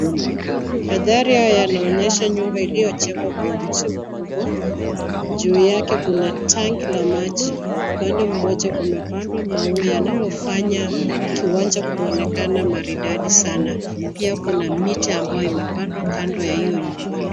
Mandhari haya yanaonyesha nyumba iliyojengwa kwa ujuzi mkubwa, juu yake kuna tangi la maji, upande mmoja kumepandwa maua yanayofanya kiwanja kuonekana maridadi sana. Pia kuna miche ambayo imepandwa kando ya hiyo nyumba.